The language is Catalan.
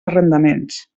arrendaments